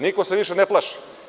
Niko se više ne plaši.